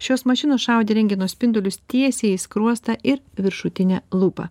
šios mašinos šaudė rentgeno spindulius tiesiai į skruostą ir viršutinę lūpą